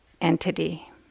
entity